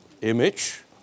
image